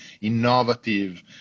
innovative